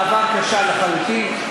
העבר כשל לחלוטין.